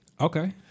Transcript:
Okay